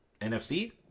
NFC